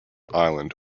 island